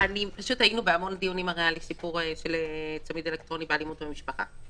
פשוט היינו בהמון דיונים של הצמיד האלקטרוני באלימות במשפחה,